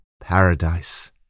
paradise